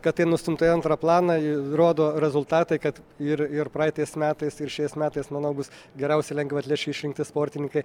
kad tai nustumta į antrą planą rodo rezultatai kad ir ir praeitais metais ir šiais metais manau bus geriausi lengvaatlečiai išrinkti sportininkai